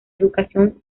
educación